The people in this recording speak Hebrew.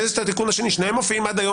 יש את התיקון השני - שניהם מופיעים עד היום